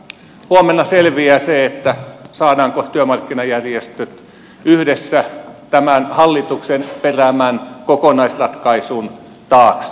huomenna selviää se saadaanko työmarkkinajärjestöt yhdessä tämän hallituksen peräämän kokonaisratkaisun taakse